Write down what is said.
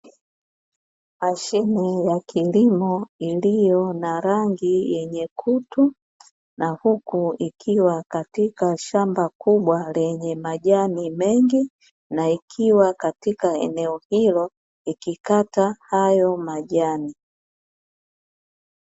Mashine ya kilimo iliyo na rangi yenye kutu, na huku ikiwa katika shamba kubwa lenye majani mengi, na ikiwa katika eneo hilo ikikata hayo majani.